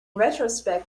retrospect